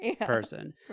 person